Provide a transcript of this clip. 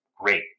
great